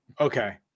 Okay